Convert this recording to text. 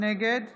נגד